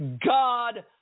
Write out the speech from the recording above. God